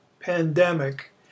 pandemic